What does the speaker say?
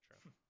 true